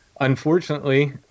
unfortunately